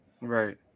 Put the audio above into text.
Right